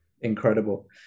Incredible